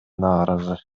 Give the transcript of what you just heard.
нааразы